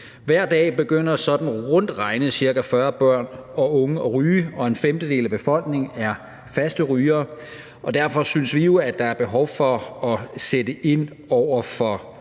Hver dag begynder sådan rundt regnet ca. 40 børn og unge at ryge, og en femtedel af befolkningen er faste rygere. Derfor synes vi jo, at der er behov for at sætte ind over for